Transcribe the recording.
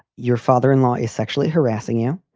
your father in law is sexually harassing you.